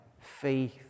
faith